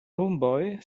homeboy